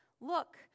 Look